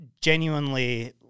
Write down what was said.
genuinely